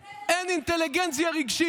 במשטרה.